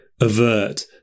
avert